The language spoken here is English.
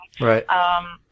right